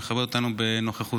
הוא מכבד אותנו בנוכחותו.